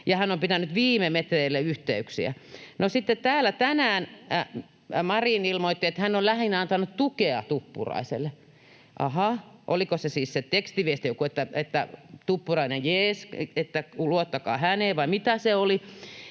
hän on pitänyt viime metreille yhteyksiä.” No, sitten täällä tänään Marin ilmoitti, että hän on lähinnä antanut tukea Tuppuraiselle. Aha. Oliko siis se tekstiviesti joku ”Tuppurainen jees, luottakaa häneen”, vai mitä se oli?